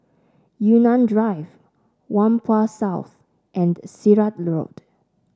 Yunnan Drive Whampoa South and Sirat Road